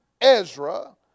Ezra